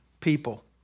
people